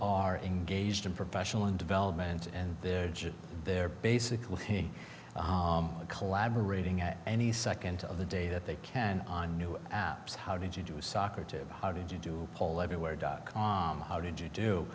are engaged in professional and development and they're just they're basically in collaborating at any second of the day that they can on new apps how did you do a soccer tip how did you do pole everywhere dot com how did you do